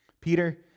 Peter